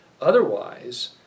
Otherwise